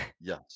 Yes